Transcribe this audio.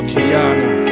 Kiana